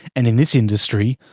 and in this industry,